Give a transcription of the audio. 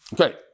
Okay